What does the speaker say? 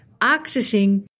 accessing